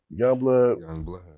Youngblood